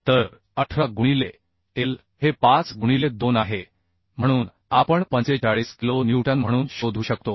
तर 18 गुणिले L हे 5 गुणिले 2 आहे म्हणून आपण 45 किलो न्यूटन म्हणून शोधू शकतो